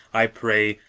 i pray,